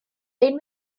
ein